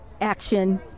action